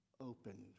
opened